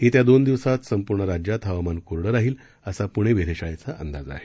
येत्या दोन दिवसांत संपूर्ण राज्यात हवामान कोरडं राहील असा पुणे वेधशाळेचा अंदाज आहे